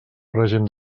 règim